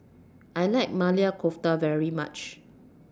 I like Maili Kofta very much